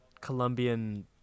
Colombian